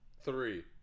Three